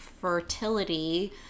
fertility